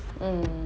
mm